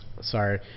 sorry